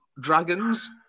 Dragons